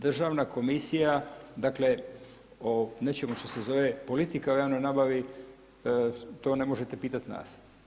Državna komisija dakle o nečemu što se zove politika u javnoj nabavi to ne možete pitati nas.